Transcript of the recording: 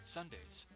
Sundays